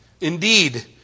Indeed